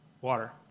Water